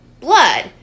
blood